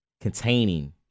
containing